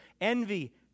envy